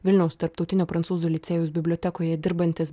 vilniaus tarptautinio prancūzų licėjaus bibliotekoje dirbantis